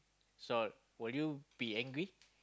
so will you be angry